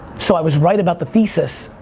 so i was right about the thesis,